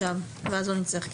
עכשיו, ואז לא נצטרך לחזור.